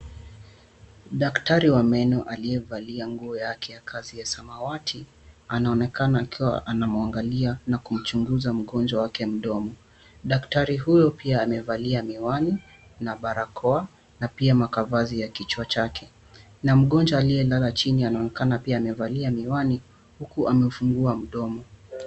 Daktari wa meno aliyevalia nguo yake ya kazi ya samawati, anaonekana akiwa anamwangalia na kumchunguza mgonjwa wake mdomo. Daktari huyo amevalia pia miwani na barakoa na pia makavazi ya kichwa chake na mgonjwa aliyelala chini anaonekana pia amevalia miwani huku amemfungua mdomo.